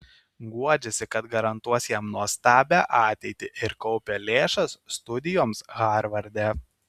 guodžiasi kad garantuos jam nuostabią ateitį ir kaupia lėšas studijoms harvarde